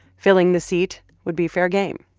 filling the seat would be fair game.